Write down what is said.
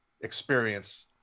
experience